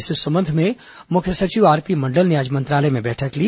इस संबंध में मुख्य सचिव आरपी मंडल ने आज मंत्रालय में बैठक ली